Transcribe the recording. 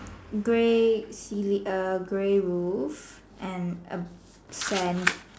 grey ceiling err grey roof and a sand